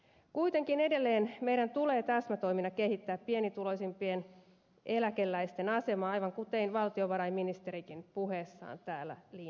kuitenkin edelleen meidän tulee täsmätoimilla kehittää pienituloisimpien eläkeläisten asemaa aivan kuten valtiovarainministerikin puheessaan täällä linjasi